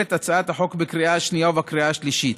את הצעת החוק בקריאה השנייה ובקריאה השלישית.